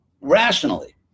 Rationally